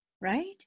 right